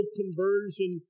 conversion